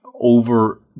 over